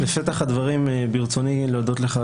בפתח הדברים ברצוני להודות לך,